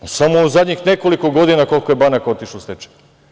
Samo u zadnjih nekoliko godina koliko je banaka otišlo u stečaj.